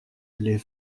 les